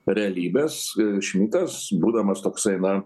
realybės šmitas būdamas toksai na